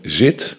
zit